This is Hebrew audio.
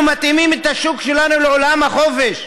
אנחנו מתאימים את השוק שלנו לעולם החופש,